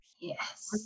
Yes